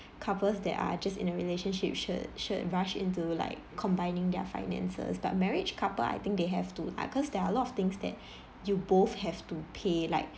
couples that are just in a relationship should should rush into like combining their finances but marriage couple I think they have to lah cause there are a lot of things that you both have to pay like